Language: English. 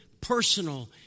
personal